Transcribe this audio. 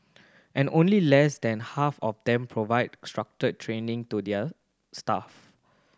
and only less than half of them provide structured training to their staff